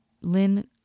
Lynn